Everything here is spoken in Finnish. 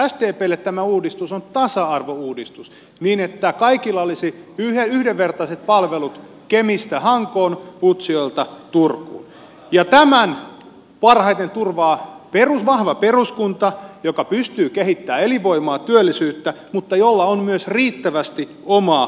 sdplle tämä uudistus on tasa arvouudistus niin että kaikilla olisi yhdenvertaiset palvelut kemistä hankoon utsjoelta turkuun ja tämän parhaiten turvaa vahva peruskunta joka pystyy kehittämään elinvoimaa työllisyyttä mutta jolla on myös riittävästi omaa tuotantoa